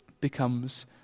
becomes